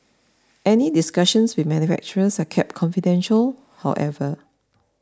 any discussions with manufacturers are kept confidential however